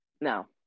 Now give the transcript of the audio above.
Now